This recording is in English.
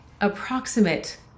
approximate